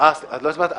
לא הצבעת?